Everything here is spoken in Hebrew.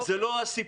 זה לא הסיפור.